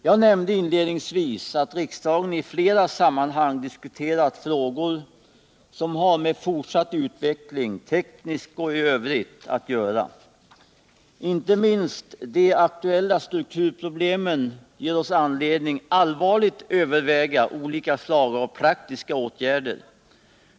Jag nämnde inledningsvis att riksdagen i flera sammanhang har diskuterat frågor, som har med fortsatt utveckling, tekniskt och i övrigt, att göra. Inte minst de aktuella strukturproblemen ger oss anledning att allvarligt överväga olika slag av praktiska åtgärder.